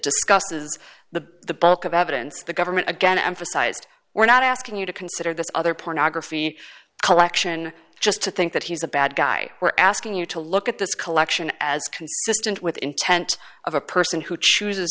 discusses the the bulk of evidence the government again emphasized we're not asking you to consider this other pornography collection just to think that he's a bad guy we're asking you to look at this collection as consistent with intent of a person who chooses